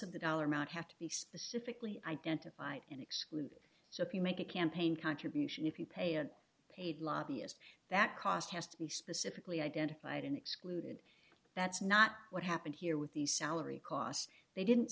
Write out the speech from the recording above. of the dollar amount have to be specifically identified and excluded so if you make a campaign contribution if you pay a paid lobbyist that cost has to be specifically identified and excluded that's not what happened here with these salary costs they didn't